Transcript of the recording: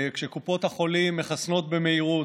כשקופות החולים מחסנות במהירות,